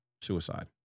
suicide